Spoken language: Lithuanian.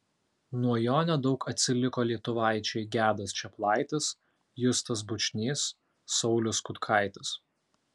nuo jo nedaug atsiliko lietuvaičiai gedas čeplaitis justas bučnys saulius kutkaitis